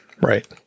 Right